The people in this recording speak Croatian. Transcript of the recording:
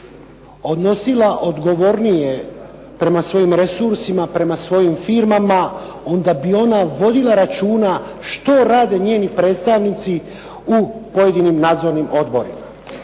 odnosila odgovornije prema svojim resursima, prema svojim firmama onda bi onda vodila računa što rade njeni predstavnici u pojedinim nadzornim odborima.